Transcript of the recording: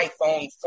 iPhone